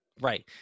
right